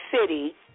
City